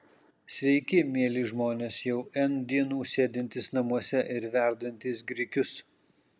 sveiki mieli žmonės jau n dienų sėdintys namuose ir verdantys grikius